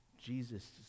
Jesus